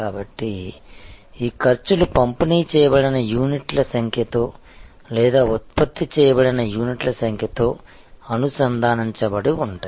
కాబట్టి ఈ ఖర్చులు పంపిణీ చేయబడిన యూనిట్ల సంఖ్యతో లేదా ఉత్పత్తి చేయబడిన యూనిట్ల సంఖ్యతో అనుసంధానించబడి ఉంటాయి